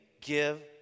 give